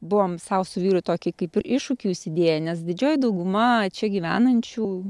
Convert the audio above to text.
buvom sau su vyru tokį kaip iššūkį užsidėję nes didžioji dauguma čia gyvenančių